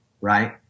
Right